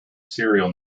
serial